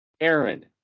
Aaron